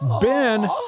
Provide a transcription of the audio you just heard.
Ben